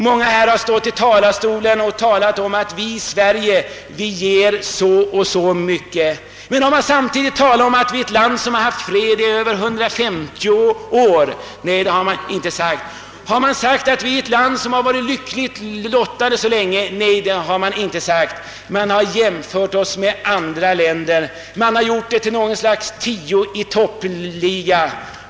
Många har stått här i talarstolen och ordat om att vi i Sverige ger så och så mycket, men har de samtidigt talat om att vi är ett folk som haft fred i över 150 år? Nej, det har ingen sagt. Nej, det har man inte. Man har jämfört oss med andra länder, man har presenterat något slags »tio i topp-liga».